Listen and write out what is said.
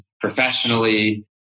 professionally